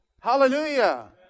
Hallelujah